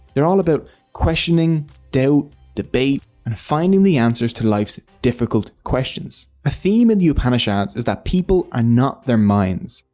they're all about questioning, doubt, debate, and finding the answers to life's difficult questions. a theme in the uphanishads is that people are not their minds,